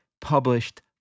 published